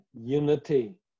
unity